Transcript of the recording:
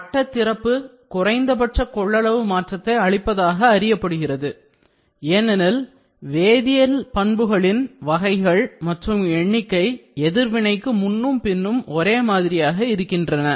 வட்ட திறப்பு குறைந்தபட்ச கொள்ளளவு மாற்றத்தை அளிப்பதாக அறியப்படுகிறது ஏனெனில் வேதியியல் பிணைப்புகளின் வகைகள் மற்றும் எண்ணிக்கை எதிர்வினைக்கு முன்னும் பின்னும் ஒரே மாதிரியாக இருக்கின்றன